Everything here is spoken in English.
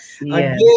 Again